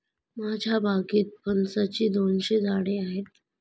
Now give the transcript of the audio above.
माझ्या बागेत फणसाची दोनशे झाडे आहेत